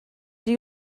mynd